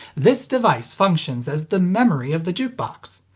this device functions as the memory of the jukebox.